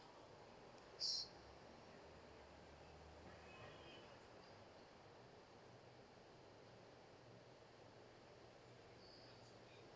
so